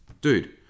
Dude